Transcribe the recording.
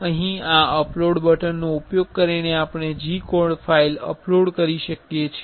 અહીં આ અપલોડ બટનનો ઉપયોગ કરીને આપણે G કોડ ફાઇલ અપલોડ કરી શકીએ છીએ